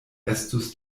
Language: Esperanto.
estus